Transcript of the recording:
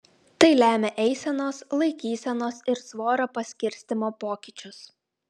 tai lemia eisenos laikysenos ir svorio paskirstymo pokyčius